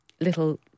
little